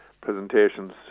presentations